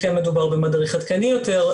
כשכן מדובר במדריך עדכני יותר,